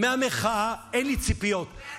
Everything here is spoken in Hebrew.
מהמחאה אין לי ציפיות,